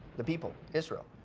the people, israel.